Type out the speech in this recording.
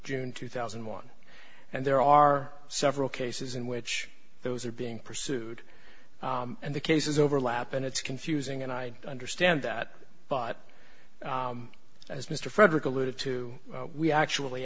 june two thousand and one and there are several cases in which those are being pursued and the cases overlap and it's confusing and i understand that but as mr frederick alluded to we actually